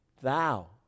Thou